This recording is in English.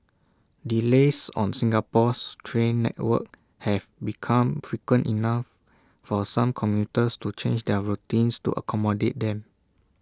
delays on Singapore's train network have become frequent enough for some commuters to change their routines to accommodate them